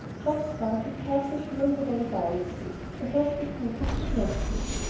geoff's horse had cast a shoe on the way down, it seemed, and must be taken to the blacksmith's,